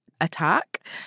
attack